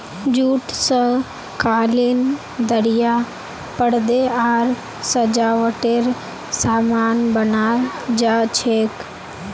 jute स कालीन दरियाँ परदे आर सजावटेर सामान बनाल जा छेक